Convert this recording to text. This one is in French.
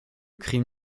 crime